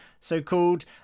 so-called